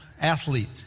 athlete